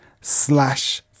slash